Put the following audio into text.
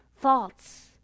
thoughts